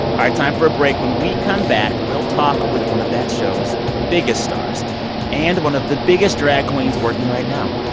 ah time for a break. when we come back, we'll talk with one of that show's biggest stars and one of the biggest drag queens working right now,